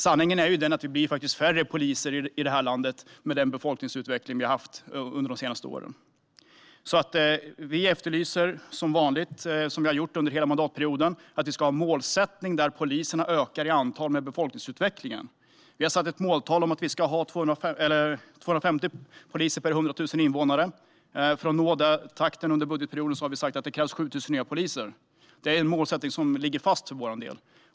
Sanningen är ju att det blir färre poliser i det här landet sett till den befolkningsutveckling som vi har haft under de senaste åren. Som vi har gjort under hela mandatperioden efterlyser vi som vanligt en målsättning där poliserna ökar i antal i förhållande befolkningsutvecklingen. Vårt mål är att det ska finnas 250 poliser per 100 000 invånare. För att uppnå den takten under budgetperioden krävs det 7 000 nya poliser. Det är en målsättning som ligger fast för vår del.